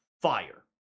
fire